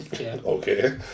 Okay